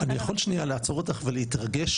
--- אני יכול שנייה לעצור אותך ולהתרגש?